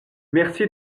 merci